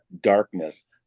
darkness